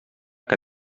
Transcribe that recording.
que